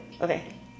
okay